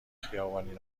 خیابانی